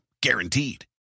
Guaranteed